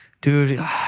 Dude